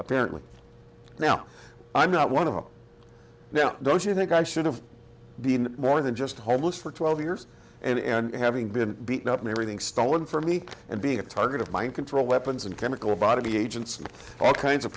apparently now i'm not one of them now don't you think i should have been more than just homeless for twelve years and having been beaten up and everything stolen from me and being a target of mind control weapons and chemical bodily agents all kinds of